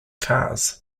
cars